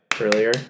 earlier